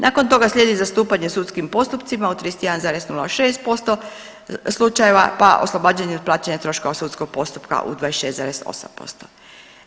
Nakon toga slijedi zastupanje u sudskim postupcima od 31,06% slučajeva, pa oslobađanje od plaćanja troškova sudskog postupka u 26,8%